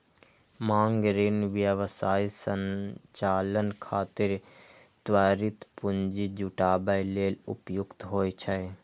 मांग ऋण व्यवसाय संचालन खातिर त्वरित पूंजी जुटाबै लेल उपयुक्त होइ छै